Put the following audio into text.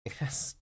yes